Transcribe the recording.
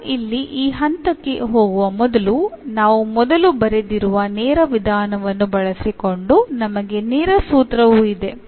ನಾವು ಇಲ್ಲಿ ಆ ಹಂತಕ್ಕೆ ಹೋಗುವ ಮೊದಲು ನಾವು ಮೊದಲು ಬರೆದಿರುವ ನೇರ ವಿಧಾನವನ್ನು ಬಳಸಿಕೊಂಡು ನಮಗೆ ನೇರ ಸೂತ್ರವೂ ಇದೆ